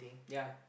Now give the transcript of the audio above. ya